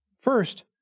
First